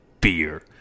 Beer